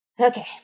Okay